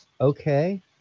okay